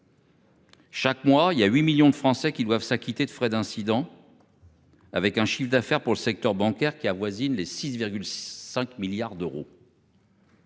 Chaque mois il y a 8 millions de Français qui doivent s'acquitter de frais d'incident. Avec un chiffre d'affaires pour le secteur bancaire qui avoisine les 6, 5 milliards d'euros.